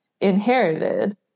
inherited